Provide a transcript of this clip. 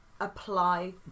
apply